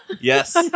Yes